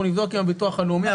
אנחנו נבדוק עם הביטוח הלאומי.